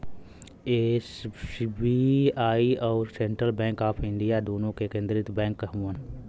SBI अउर Central Bank of India दुन्नो केन्द्रिय बैंक हउअन